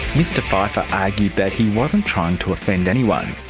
mr pfiefer argued that he wasn't trying to offend anyone,